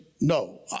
No